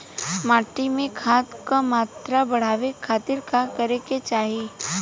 माटी में खाद क मात्रा बढ़ावे खातिर का करे के चाहीं?